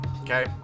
okay